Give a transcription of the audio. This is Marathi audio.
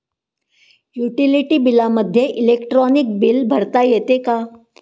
युटिलिटी बिलामध्ये इलेक्ट्रॉनिक बिल भरता येते का?